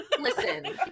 Listen